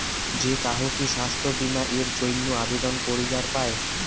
যে কাহো কি স্বাস্থ্য বীমা এর জইন্যে আবেদন করিবার পায়?